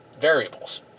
variables